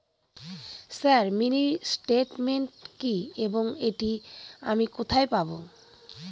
Sir mini statement কি এবং এটি আমি কোথায় পাবো?